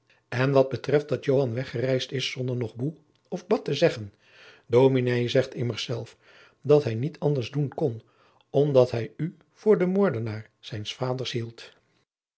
en wat betreft dat joan weggereisd is zonder boe noch ba te zeggen dominé zegt immers zelf dat hij niet anders doen jacob van lennep de pleegzoon kon omdat hij u voor den moordenaar zijns vaders hield